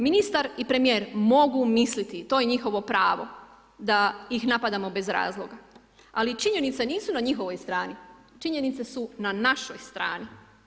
Ministar i premijer mogu misliti i to je njihovo pravo, da ih napadamo bez razloga ali činjenicu nisu na njihovoj strani, činjenice su na našoj strani.